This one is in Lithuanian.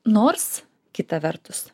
nors kita vertus